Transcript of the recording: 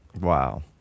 Wow